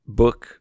book